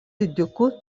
didikų